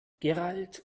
gerald